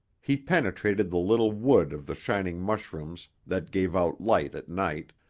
he penetrated the little wood of the shining mushrooms that gave out light at night,